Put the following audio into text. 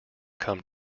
come